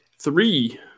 three